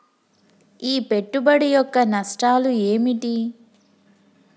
ఈ పెట్టుబడి యొక్క నష్టాలు ఏమిటి?